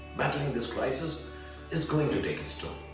battling this crisis is going to take its toll,